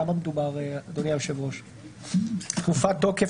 תקופת תוקף,